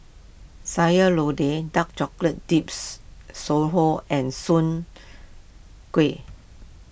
Sayur Lodeh Dark Chocolate Dips and Soon Kuih